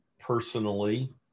personally